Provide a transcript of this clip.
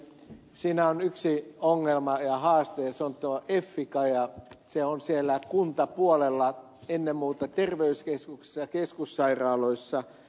siinä on yksi ongelma ja haaste ja se on tuo effica ja se on siellä kuntapuolella ennen muuta terveyskeskuksissa ja keskussairaaloissa